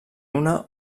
una